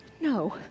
No